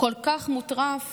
כל כך מוטרף